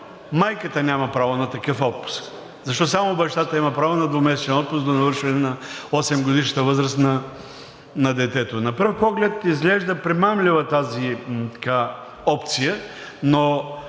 майката няма право на такъв отпуск, защо само бащата има право на двумесечен отпуск до навършване на осемгодишната възраст на детето? На пръв поглед изглежда примамлива тази опция, но